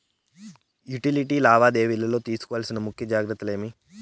Utility లావాదేవీల లో తీసుకోవాల్సిన ముఖ్య జాగ్రత్తలు ఏమేమి?